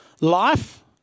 Life